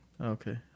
Okay